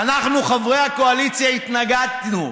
אנחנו חברי הקואליציה התנגדנו.